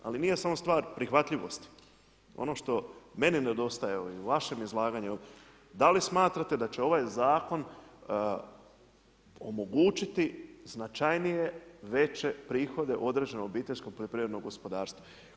Ali nije samo stvar prihvatljivosti, ono što meni nedostaje u vašem izlaganju, da li smatrate da će ovaj zakon omogućiti značajnije, veće prihode određenom OPG-u?